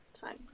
time